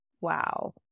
Wow